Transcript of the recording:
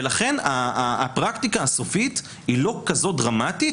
לכן הפרקטיקה הסופית היא לא דרמטית כזאת,